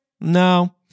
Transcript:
No